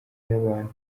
y’abantu